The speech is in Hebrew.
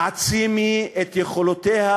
העצימי את יכולותיה